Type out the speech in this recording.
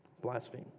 Blaspheme